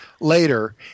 later